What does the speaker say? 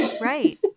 Right